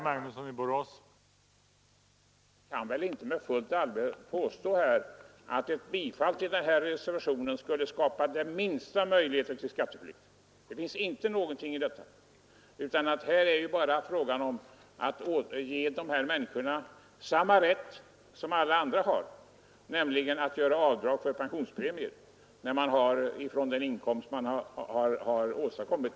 Herr talman! Herr Kristenson kan väl inte med fullt allvar påstå att ett bifall till reservationen skulle skapa den minsta möjlighet till skatteflykt. Det finns inte något som talar för detta. Här är det bara fråga om att ge dessa människor samma rätt som alla andra har, nämligen att göra avdrag för pensionspremier från den inkomst de själva har åstadkommit.